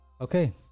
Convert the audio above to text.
okay